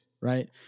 Right